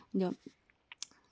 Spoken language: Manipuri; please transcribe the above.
ꯑꯗꯣ